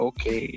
Okay